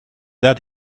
that